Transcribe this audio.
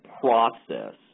process